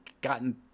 gotten